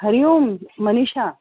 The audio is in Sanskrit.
हरिः ओं मनीषा